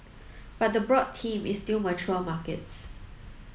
but the broad theme is still mature markets